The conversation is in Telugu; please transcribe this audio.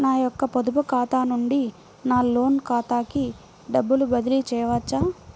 నా యొక్క పొదుపు ఖాతా నుండి నా లోన్ ఖాతాకి డబ్బులు బదిలీ చేయవచ్చా?